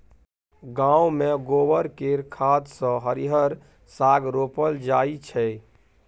गांव मे गोबर केर खाद सँ हरिहर साग रोपल जाई छै